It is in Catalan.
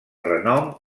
renom